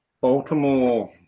Baltimore